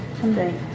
Someday